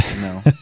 No